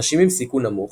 נשים עם סיכון נמוך,